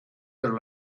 their